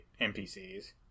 NPCs